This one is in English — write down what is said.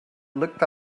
looked